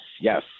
yes